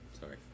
Sorry